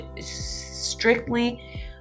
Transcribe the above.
strictly